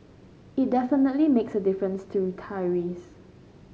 it definitely makes a difference to retirees